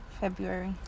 February